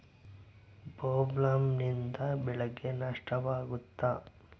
ಬೊಲ್ವರ್ಮ್ನಿಂದ ಬೆಳೆಗೆ ನಷ್ಟವಾಗುತ್ತ?